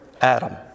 Adam